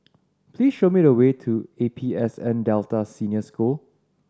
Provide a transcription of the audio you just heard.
please show me the way to A P S N Delta Senior School